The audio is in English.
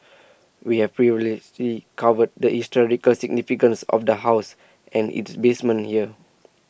we have previously covered the historical significance of the house and its basement here